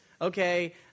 okay